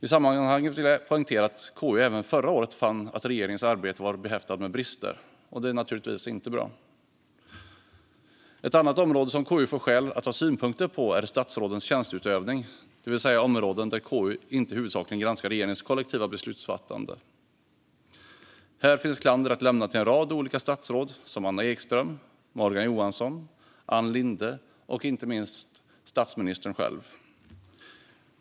I sammanhanget vill jag poängtera att KU även förra året fann att regeringens arbete hade varit behäftat med brister. Det är naturligtvis inte bra. Gransknings betänkandeInledning Ett annat område som KU finner skäl att ha synpunkter på är statsrådens tjänsteutövning, det vill säga områden där KU inte huvudsakligen granskar regeringens kollektiva beslutsfattande. Här finns klander att lämna mot en rad olika statsråd: Anna Ekström, Morgan Johansson, Ann Linde och inte minst statsministern själv.